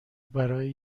برای